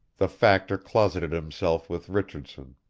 the factor closeted himself with richardson.